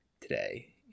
today